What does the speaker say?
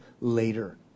Later